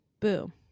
Boom